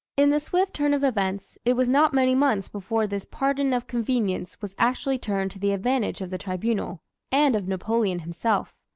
in the swift turn of events, it was not many months before this pardon of convenience was actually turned to the advantage of the tribunal and of napoleon himself.